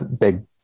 big